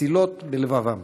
מְסִלּוֹת בלבבם".